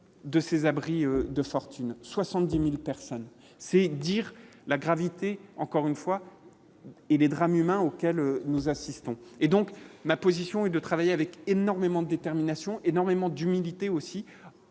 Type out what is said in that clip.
de ces abris de fortune 70000 personnes, c'est dire la gravité, encore une fois, et des drames humains auxquels nous assistons et donc ma position et de travailler avec énormément de détermination énormément d'humilité aussi,